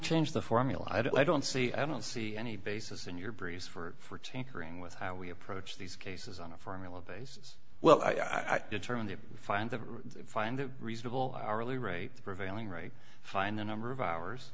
change the formula i don't see i don't see any basis in your breeze for tanker being with how we approach these cases on a formula basis well i determined to find the find reasonable hourly rate prevailing right find the number of hours